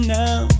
now